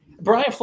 Brian